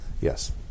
Yes